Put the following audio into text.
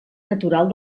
natural